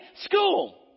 school